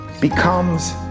becomes